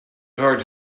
hard